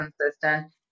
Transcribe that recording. consistent